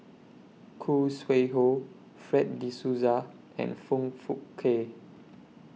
Khoo Sui Hoe Fred De Souza and Foong Fook Kay